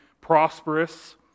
prosperous